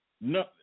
No